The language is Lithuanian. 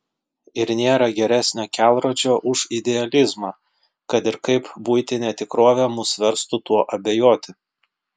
ir nėra geresnio kelrodžio už idealizmą kad ir kaip buitinė tikrovė mus verstų tuo abejoti